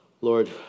Lord